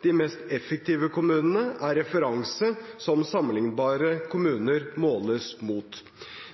De mest effektive kommunene er referanser som sammenlignbare kommuner måles mot.